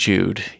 Jude